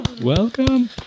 Welcome